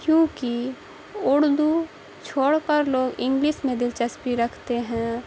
کیونکہ اردو چھوڑ کر لوگ انگلس میں دلچسپی رکھتے ہیں